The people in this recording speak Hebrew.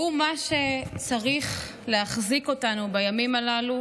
שהוא מה שצריך להחזיק אותנו בימים הללו,